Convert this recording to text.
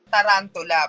tarantula